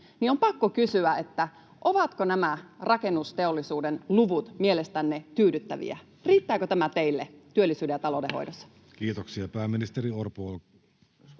niin on pakko kysyä: Ovatko nämä rakennusteollisuuden luvut mielestänne tyydyttäviä? Riittääkö tämä teille työllisyyden ja talouden hoidossa?